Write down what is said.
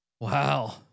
Wow